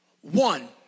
one